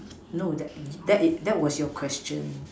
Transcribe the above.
no that that that was your question